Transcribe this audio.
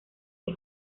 que